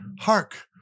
Hark